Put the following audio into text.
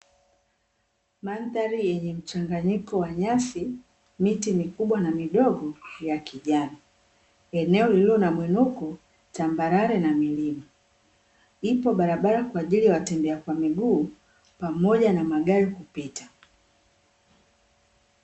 Mandhari yenye mchanganyiko wa nyasi, miti mikubwa na midogo ya kijani, eneo lililo na mwinuko tambarare na milima, ipo barabara kwa ajili ya watembea kwa miguu pamoja na magari kupita.